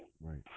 right